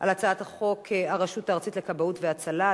על הצעת חוק הרשות הארצית לכבאות והצלה,